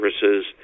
services